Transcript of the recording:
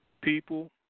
people